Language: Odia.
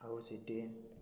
ଆଉ ସେଠି